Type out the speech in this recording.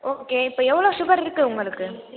okay இப்போது எவ்வளோ sugar இருக்குது உங்களுக்கு